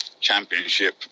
championship